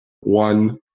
One